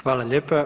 Hvala lijepa.